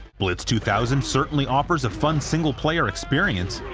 blitz two thousand certainly offers a fun single-player experience,